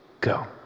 go